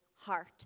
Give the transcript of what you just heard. heart